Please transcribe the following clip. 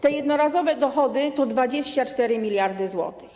Te jednorazowe dochody to 24 mld zł.